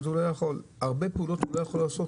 יש הרבה פעולות שהוא לא יכול לעשות.